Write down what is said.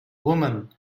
woman